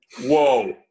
Whoa